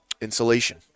insulation